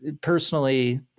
Personally